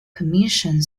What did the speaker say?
commissioned